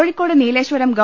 കോഴിക്കോട് നീലേശ്വരം ഗവ